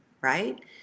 right